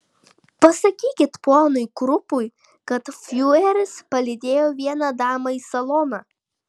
pasakykit ponui krupui kad fiureris palydėjo vieną damą į saloną